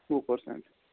وُہ پٔرسنٛٹ